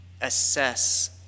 assess